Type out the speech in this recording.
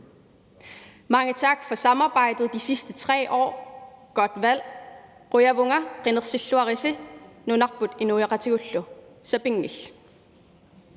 Mange tak for samarbejdet i de sidste 3 år – godt valg.